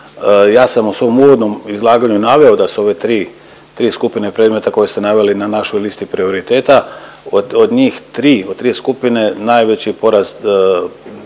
Ja sam u svom uvodnom izlaganju naveo da su ove tri, tri skupine predmeta koje ste naveli na našoj listi prioriteta, od, od njih 3, od 3 skupine najveći porast